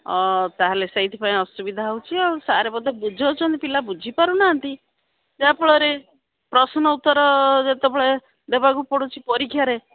ତା'ହେଲେ ସେଇଥିପାଇଁ ଅସୁବିଧା ହେଉଛି ଆଉ ସାର୍ ବୋଧେ ବୁଝଉଛନ୍ତି ପିଲା ବୁଝିପାରୁ ନାହାନ୍ତି ଯାହାଫଳରେ ପ୍ରଶ୍ନ ଉତ୍ତର ଯେତେବେଳେ ଦେବାକୁ ପଡ଼ୁଛି ପରୀକ୍ଷାରେ